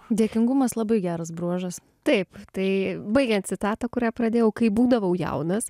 dėkingumas labai geras bruožas taip tai baigiant citatą kurią pradėjau kai būdavau jaunas